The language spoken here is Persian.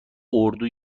اردو